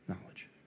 knowledge